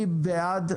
אני בעד.